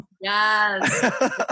Yes